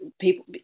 people